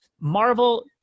Marvel